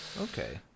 Okay